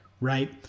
right